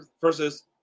versus